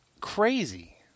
crazy